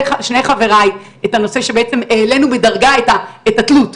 חבריי שבעצם העלינו בדרגה את התלות.